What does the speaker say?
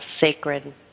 sacred